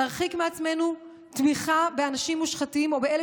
להרחיק מעצמנו תמיכה באנשים מושחתים או באלה